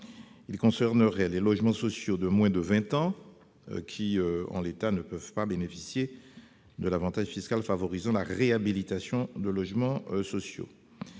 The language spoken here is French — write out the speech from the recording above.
Il concernerait les logements sociaux de moins de vingt ans, qui, en l'état actuel du droit, ne peuvent pas bénéficier de l'avantage fiscal favorisant la réhabilitation de logements sociaux.